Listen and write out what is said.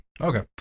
Okay